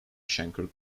shankar